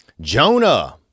Jonah